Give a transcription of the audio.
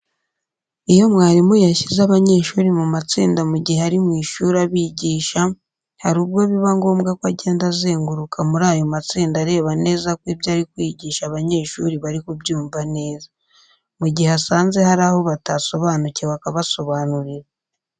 Iyo mwarimu yashyize abanyeshuri mu matsinda mu gihe ari mu ishuri abigisha, hari ubwo biba ngombwa ko agenda azenguruka muri ayo matsinda areba neza ko ibyo ari kwigisha abanyeshuri bari kubyumva neza. Mu gihe asanze hari aho batasobanukiwe akabasobanurira.